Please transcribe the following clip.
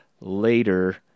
later